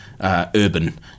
Urban